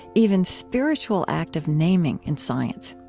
even spiritual, act of naming in science.